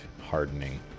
hardening